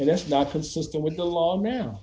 and that's not consistent with the law